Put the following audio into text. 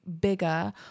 bigger